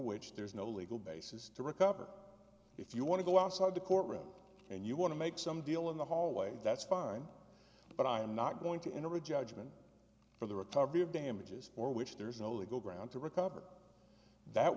which there is no legal basis to recover if you want to go outside the courtroom and you want to make some deal in the hallway that's fine but i am not going to enter a judgment for the recovery of damages for which there is no legal ground to recover that